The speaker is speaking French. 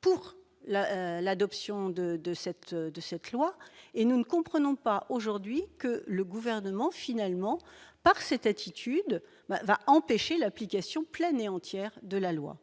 Pour la la d'options de de cette, de cette loi et nous ne comprenons pas aujourd'hui que le gouvernement finalement par c'était Titudes va empêcher l'application pleine et entière de la loi,